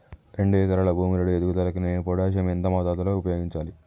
రెండు ఎకరాల భూమి లో ఎదుగుదలకి నేను పొటాషియం ఎంత మోతాదు లో ఉపయోగించాలి?